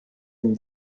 dem